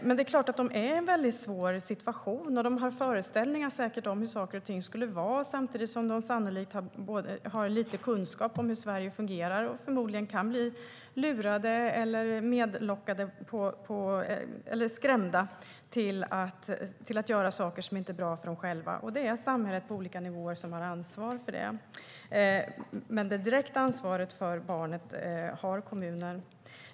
Men de befinner sig en svår situation, och de har föreställningar om hur saker och ting ska vara samtidigt som de sannolikt har lite kunskap om hur Sverige fungerar och förmodligen kan bli lurade, medlockade eller skrämda till att göra saker som inte är bra för dem själva. Det är samhället på olika nivåer som har ansvaret. Det direkta ansvaret för barnet har kommunen.